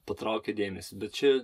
patraukia dėmesį bet čia